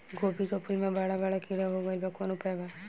गोभी के फूल मे बड़ा बड़ा कीड़ा हो गइलबा कवन उपाय बा?